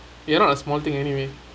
you are not a small thing anyway